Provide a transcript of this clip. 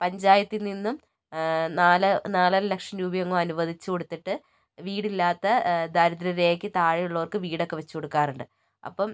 പഞ്ചായത്തിൽ നിന്നും നാല് നാലര ലക്ഷം രൂപയെങ്ങോ അനുവദിച്ച് കൊടുത്തിട്ട് വീടില്ലാത്ത ദാരിദ്ര രേഖയ്ക്ക് താഴെയുള്ളവർക്ക് വീടൊക്കേ വെച്ചുകൊടുക്കാറുണ്ട് അപ്പം